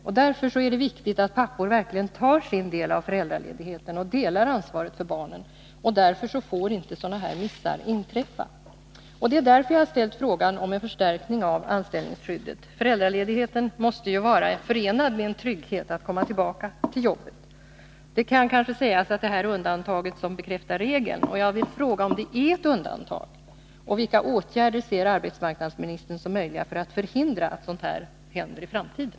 Det är viktigt att papporna verkligen tar sin del av föräldraledigheten och delar ansvaret för barnen, och därför får inte sådana här missar inträffa. Det är av dessa skäl jag har ställt frågan om en förstärkning av anställningsskyddet. Föräldraledigheten måste ju vara förenad med en trygghet — att man har rätt att komma tillbaka till jobbet. Det kan kanske sägas att det här är undantaget som bekräftar regeln. Jag vill då fråga: Är det ett undantag? Och vilka åtgärder ser arbetsmarknadsministern som möjliga för att förhindra att sådant här händer i framtiden?